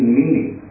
meaning